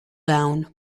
down